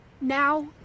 Now